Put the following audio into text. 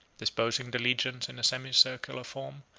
disposing the legions in a semicircular form,